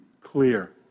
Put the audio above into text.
clear